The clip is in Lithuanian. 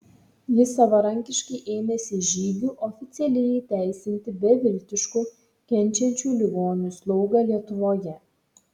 jis savarankiškai ėmėsi žygių oficialiai įteisinti beviltiškų kenčiančių ligonių slaugą lietuvoje